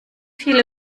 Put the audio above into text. viele